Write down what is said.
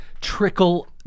trickle